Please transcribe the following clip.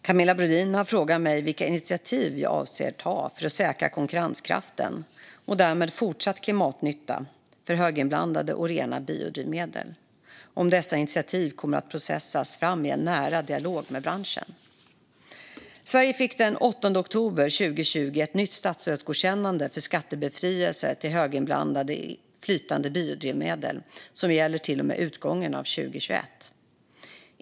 Fru talman! Camilla Brodin har frågat mig vilka initiativ jag avser att ta för att säkra konkurrenskraften och därmed fortsatt klimatnytta för höginblandade och rena biodrivmedel och om dessa initiativ kommer att processas fram i en nära dialog med branschen. Sverige fick den 8 oktober 2020 ett nytt statsstödsgodkännande för skattebefrielse för höginblandade flytande biodrivmedel som gäller till och med utgången av 2021.